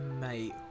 Mate